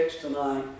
tonight